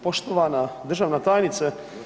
Poštovana državna tajnice.